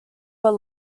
were